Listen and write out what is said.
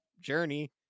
Journey